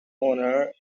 owner